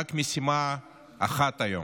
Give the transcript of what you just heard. רק משימה אחת היום: